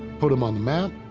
put him on the map.